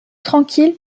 tranquille